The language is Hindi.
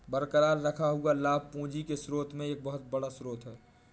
बरकरार रखा हुआ लाभ पूंजी के स्रोत में एक बहुत बड़ा स्रोत है